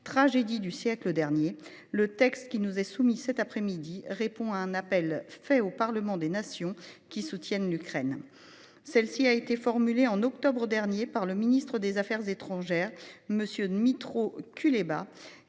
tragédies du siècle dernier. Le texte qui nous est soumis, cet après-midi répond à un appel fait au Parlement des nations qui soutiennent l'Ukraine. Celle-ci a été formulée en octobre dernier par le ministre des Affaires étrangères, Monsieur Dmytro Kuleba